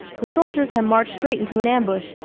the soldiers had marched straight into an ambush,